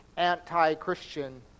anti-Christian